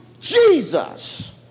Jesus